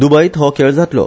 द्बयत हो खेळ जातलो